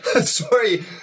Sorry